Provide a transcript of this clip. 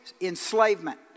enslavement